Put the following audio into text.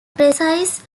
precise